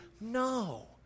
no